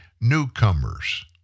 newcomers